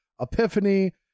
Epiphany